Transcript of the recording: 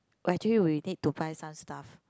actually we need to buy some stuff